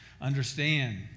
understand